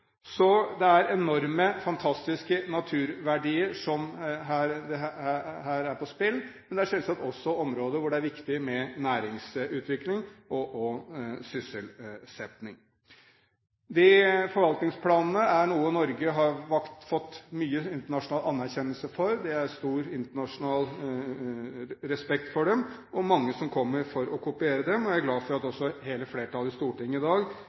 Så det er enorme, fantastiske naturverdier som her står på spill. Det er selvsagt også områder hvor det er viktig med næringsutvikling og sysselsetting. Forvaltningsplanene er noe Norge har fått mye internasjonal anerkjennelse for. Det er stor internasjonal respekt for dem. Mange kommer for å kopiere dem. Jeg er glad for at hele flertallet i Stortinget i dag